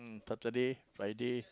Saturday Friday